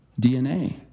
DNA